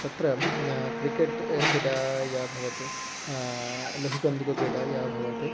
तत्र क्रिकेट् क्रीडा या भवति लघुकन्दुकक्रीडा या भवति